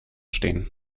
stehen